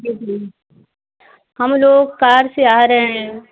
जी जी हम लोग कार से आ रहे हैं